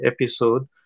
episode